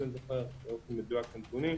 אם אני זוכר באופן מדויק את הנתונים.